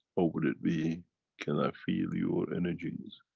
or would it be can i feel your energies?